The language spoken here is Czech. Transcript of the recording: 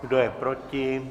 Kdo je proti?